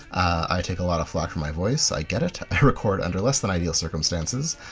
i take a lot of flack for my voice. i get it. i record under less than ideal circumstances.